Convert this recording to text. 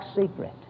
secret